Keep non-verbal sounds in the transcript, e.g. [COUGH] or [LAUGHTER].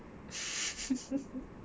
[LAUGHS]